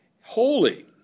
holy